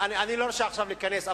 אני לא רוצה עכשיו להיכנס,